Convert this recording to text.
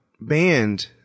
banned